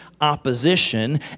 opposition